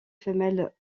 femelle